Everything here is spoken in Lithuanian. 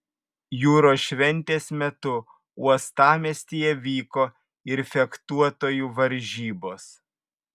jūros šventės metu uostamiestyje vyko ir fechtuotojų varžybos